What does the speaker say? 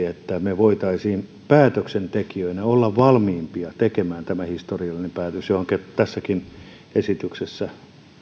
että me voisimme päätöksentekijöinä olla valmiimpia tekemään tämän historiallisen päätöksen johon tässäkin esityksessä